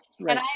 Right